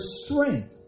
strength